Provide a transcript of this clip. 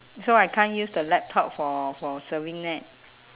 so I can't use the laptop for for surfing net